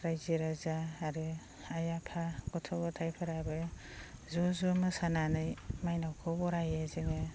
रायजो राजा आरो आइ आफा गथ' गथायफोराबो ज' ज' मोसानानै मायनावखौ बरायो जोङो